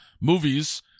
Movies